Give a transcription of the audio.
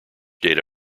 data